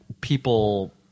people